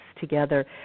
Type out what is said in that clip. together